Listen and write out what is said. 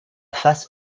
face